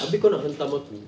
abeh kau nak hentam aku